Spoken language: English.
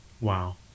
Wow